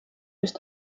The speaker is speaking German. ist